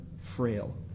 frail